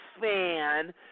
fan